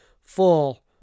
full